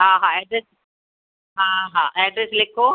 हा हा ऐड्रेस हा हा ऐड्रेस लिखो